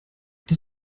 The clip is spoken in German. das